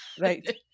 right